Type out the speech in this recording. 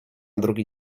drugi